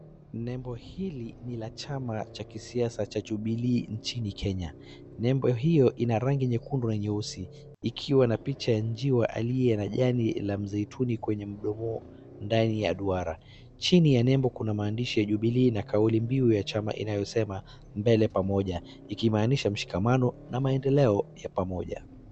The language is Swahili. Lebo hili ni la chama cha kisiasa cha Jubilee nchini Kenya, lebo hiyo ina rangi nyekundu na nyeusi, ikiwa na picha ya njiwa aliye na jani la msituni kwenye mdomo ndani ya duara. Chini ya lebo kuna maandishi ya Jubilee na kauli mbiu ya chama inayosema mbele pamoja, ikimaanisha mshikamano na maendeleo ya pamoja.